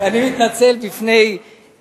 חבר הכנסת גפני,